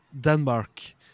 Denmark